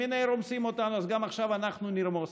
הינה, רומסים אותנו אז עכשיו גם אנחנו נרמוס.